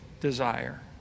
desire